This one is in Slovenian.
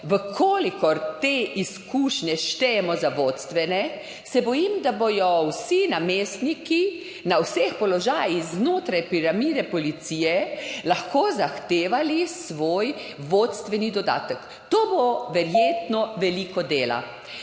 če te izkušnje štejemo za vodstvene, se bojim, da bodo vsi namestniki na vseh položajih znotraj piramide policije lahko zahtevali svoj vodstveni dodatek. To bo verjetno veliko dela